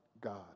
God